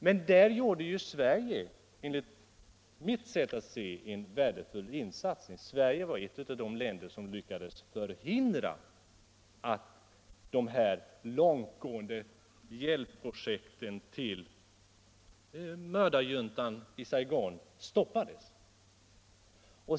Men på den punkten gjorde Sverige enligt mitt sätt att se en värdefull insats — Sverige var ett av de länder som lyckades se till att dessa långtgående hjälpprojekt till mördarjuntan i Saigon stoppades.